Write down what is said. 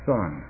Son